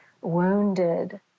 wounded